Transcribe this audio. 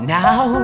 now